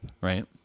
right